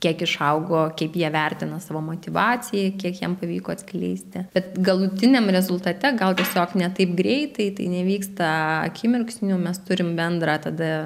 kiek išaugo kaip jie vertina savo motyvaciją kiek jiem pavyko atskleisti bet galutiniam rezultate gal tiesiog ne taip greitai tai nevyksta akimirksniu mes turim bendrą tada